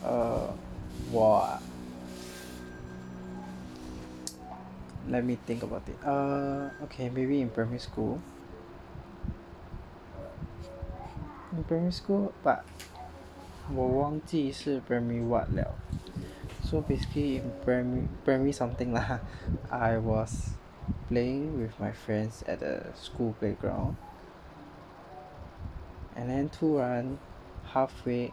err 我啊 let me think about it err okay maybe in primary school the primary school but 我忘记是 primary what liao so basically primary primary something lah ha I was playing with my friends at a school playground and then 突然 halfway